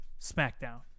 SmackDown